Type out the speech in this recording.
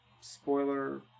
spoiler